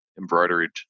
embroidered